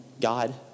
God